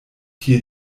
hier